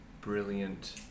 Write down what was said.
brilliant